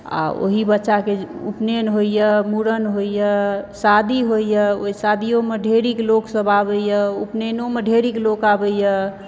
आ ओही बच्चाके उपनयन होइए मूड़न होइए शादी होइए ओइ शादियोमे ढेरिक लोक सब आबैए उपनयनोमे ढेरिक लोक आबैए